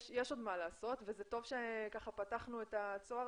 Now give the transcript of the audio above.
יש עוד מה לעשות וזה טוב שפתחנו את הצוהר